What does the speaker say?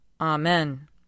Amen